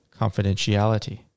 confidentiality